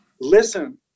listen